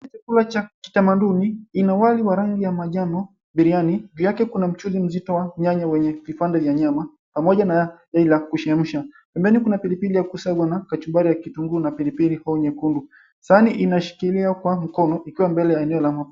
Chakula cha kitamaduni, ina wali ya rangi ya manjano biriani mbele yake kuna mchuzi mzito wa nyanya wenye vipande vya nyama pamoja na yai la kuchemsha. Pembeni kuna pilipili ya kusiangwa na kachumbari ya kitunguu na pilipili hoho nyekundu sahani inashikiliwa kwa mikono ikiwa mbele ya eneo la